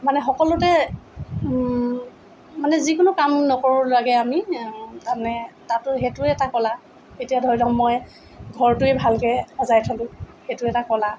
মানে সকলোতে মানে যিকোনা কাম নকৰো লাগে আমি তাৰ মানে তাতো সেইটোও এটা কলা এতিয়া ধৰি লওক মই ঘৰটোৱে ভালকে সজাই থ'লোঁ সেইটো এটা কলা